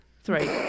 Three